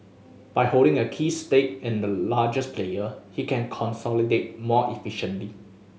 by holding a key stake in the largest player he can consolidate more efficiently